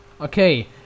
Okay